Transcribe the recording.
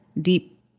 deep